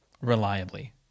reliably